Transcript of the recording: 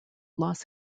los